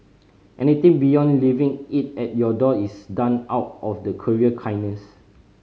anything beyond leaving it at your door is done out of the courier kindness